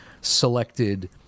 selected